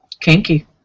Kinky